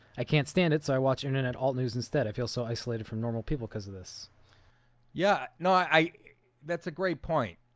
i can't stand it so i watching it and at all news instead. i feel so isolated from normal people because of this yeah. no, i i that's a great point.